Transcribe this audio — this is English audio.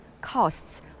costs